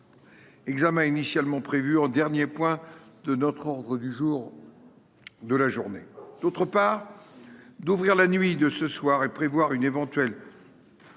Examen, initialement prévu en dernier point de notre ordre du jour. De la journée. D'autre part. D'ouvrir la nuit de ce soir et prévoir une éventuelle.